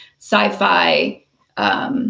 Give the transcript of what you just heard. sci-fi